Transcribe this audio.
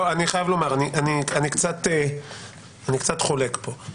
אני קצת חולק פה.